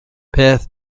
peth